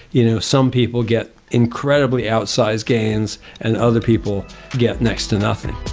you know, some people get incredibly outsized gains and other people get next to nothing